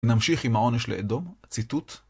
נמשיך עם העונש לאדום, ציטוט